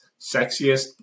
sexiest